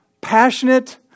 passionate